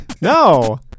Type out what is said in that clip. No